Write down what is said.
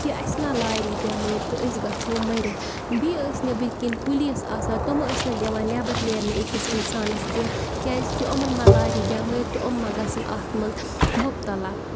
کہِ اَسہِ ما لارِ یہِ بٮ۪مٲرۍ تہٕ أسۍ گژھو مٔرِتھ بیٚیہِ ٲسۍ نٮ۪بٕرۍ کِنۍ پُلیٖس آسان تِم ٲسۍ نہٕ دِوان نٮ۪بَر نیرنہٕ أکِس اِنسانَس کینٛہہ کیٛازِکہِ یِمَن ما لارِ بٮ۪مٲرۍ تہٕ یِم ما گژھن اَتھ منٛز مُبتلا